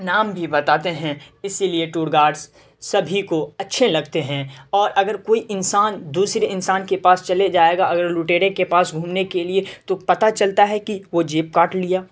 نام بھی بتاتے ہیں اسی لیے ٹور گائڈس سبھی کو اچھے لگتے ہیں اور اگر کوئی انسان دوسرے انسان کے پاس چلے جائے گا اگر لٹیرے کے پاس گھومنے کے لیے تو پتا چلتا ہے کہ وہ جیب کاٹ لیا